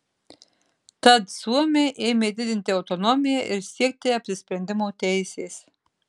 tad suomiai ėmė didinti autonomiją ir siekti apsisprendimo teisės